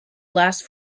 last